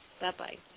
Bye-bye